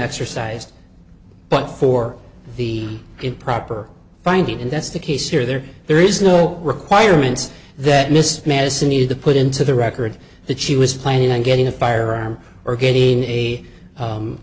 exercised but for the improper finding and that's the case here there there is no requirement that mr madison needed to put into the record that she was planning on getting a firearm or getting a